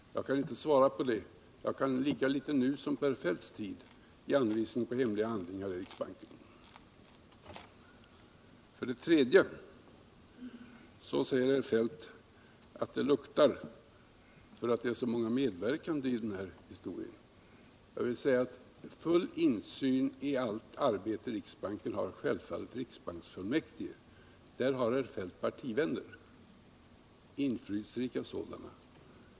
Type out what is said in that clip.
Jag kan inte svara på detta. Jag kan lika litet nu som på herr Feldts tid ge anvisning på hemliga handlingar i riksbanken. Herr Feldt säger att det luktar därför att det är så många medverkande iden här historien. Full insyn i allt arbete i riksbanken har självfallet riksbanksfullmäktige. Bland dem har herr Feldt partivänner, inflytelserika sådana.